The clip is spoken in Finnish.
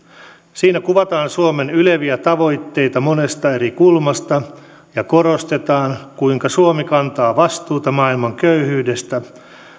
siinä kuvataan suomen yleviä tavoitteita monesta eri kulmasta ja korostetaan kuinka suomi kantaa vastuuta maailman köyhyydestä